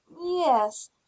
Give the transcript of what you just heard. Yes